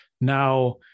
Now